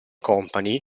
company